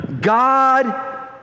God